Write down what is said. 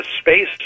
space